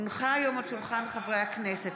הונחה היום על שולחן חברי הכנסת,